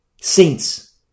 saints